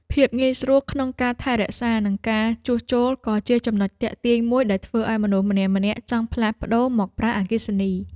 ភាពងាយស្រួលក្នុងការថែទាំនិងការជួសជុលក៏ជាចំណុចទាក់ទាញមួយដែលធ្វើឱ្យមនុស្សម្នាក់ៗចង់ផ្លាស់ប្តូរមកប្រើអគ្គិសនី។